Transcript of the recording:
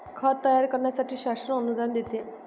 खत तयार करण्यासाठी शासन अनुदान देते